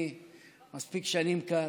אני מספיק שנים כאן.